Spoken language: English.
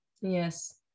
Yes